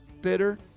bitter